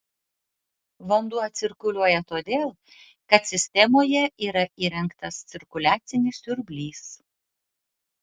vanduo cirkuliuoja todėl kad sistemoje yra įrengtas cirkuliacinis siurblys